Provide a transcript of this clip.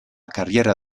carriera